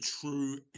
true